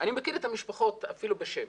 אני מכיר את המשפחות אפילו בשם,